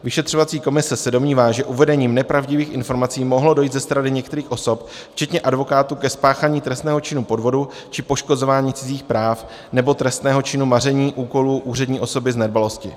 Vyšetřovací komise se domnívá, že uvedením nepravdivých informací mohlo dojít ze strany některých osob, včetně advokátů, ke spáchání trestného činu podvodu či poškozování cizích práv nebo trestného činu maření úkolu úřední osoby z nedbalosti.